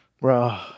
bro